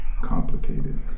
complicated